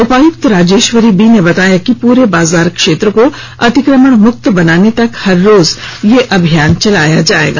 उपायुक्त राजेश्वरी बी ने बताया कि पूरे बाजार क्षेत्र को अतिक्रमण मुक्त बनाने तक हर रोज यह अभियान चलाया जायेगा